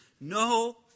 no